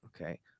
Okay